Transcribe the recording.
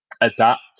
adapt